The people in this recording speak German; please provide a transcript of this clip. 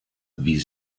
wie